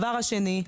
שנית,